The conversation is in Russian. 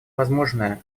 возможное